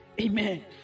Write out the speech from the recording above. amen